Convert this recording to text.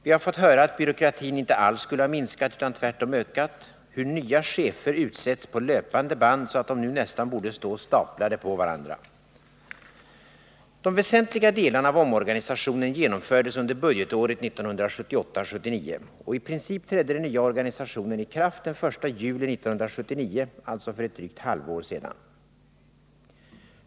Vi har fått höra att byråkratin inte alls skulle ha minskat utan tvärtom ökat, hur nya chefer utsetts på löpande band så att de nu nästan borde stå staplade på varandra. De väsentliga delarna av omorganisationen genomfördes under budgetåret 1978/79, och i princip trädde den nya organisationen i kraft den 1 juli 1979, alltså för ett drygt halvår sedan.